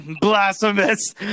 blasphemous